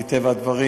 מטבע הדברים,